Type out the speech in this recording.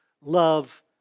love